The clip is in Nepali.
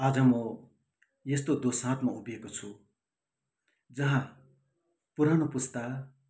आज म यस्तो दोसाँधमा उभिएको छु जहाँ पुरानु पुस्ता